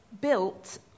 built